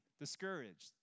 discouraged